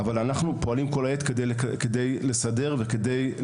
אבל אנחנו פועלים כל העת כדי לסדר ולתקן